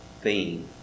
theme